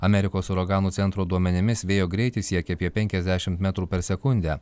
amerikos uraganų centro duomenimis vėjo greitis siekia apie penkiasdešim metrų per sekundę